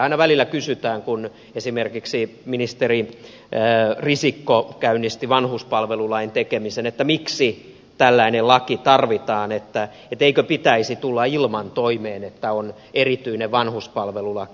aina välillä kysytään kun esimerkiksi ministeri risikko käynnisti vanhuspalvelulain tekemisen miksi tällainen laki tarvitaan eikö pitäisi tulla toimeen ilman että on erityinen vanhuspalvelulaki